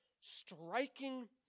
striking